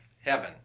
heaven